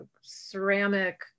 ceramic